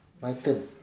my turn